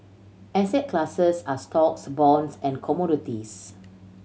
asset classes are stocks bonds and commodities